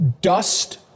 Dust